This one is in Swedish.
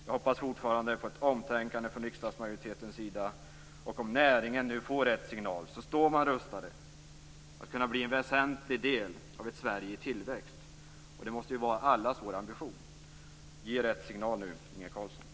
Jag hoppas fortfarande på ett omtänkande från riksdagsmajoritetens sida, och om näringen får rätt signal så står man rustad. Det här skulle kunna bli en väsentlig del av ett Sverige i tillväxt, och det måste ju vara allas vår ambition. Ge rätt signal nu, Inge Carlsson!